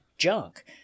junk